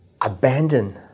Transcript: abandon